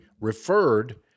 referred